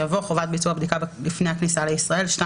יבוא: "חובת ביצוע בדיקה לפני הכניסה לישראל2.(א)